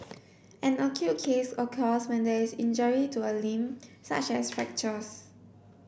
an acute case occurs when there is injury to a limb such as fractures